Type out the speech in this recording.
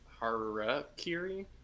Harakiri